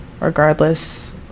regardless